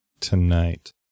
tonight